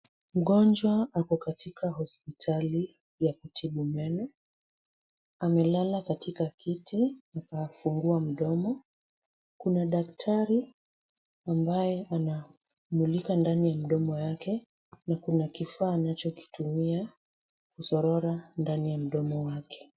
Mgonjwa ako katika hospitali ya kutibu meno. Amelala katika kiti huku akifungua mdomo. Kuna daktari ambaye anamulika ndani ya mdomo yake, na kuna kifaa anachokitumia kusorora ndani ya mdomo wake.